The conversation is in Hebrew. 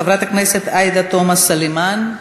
חברת הכנסת עאידה תומא סלימאן,